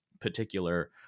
particular